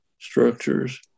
structures